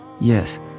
Yes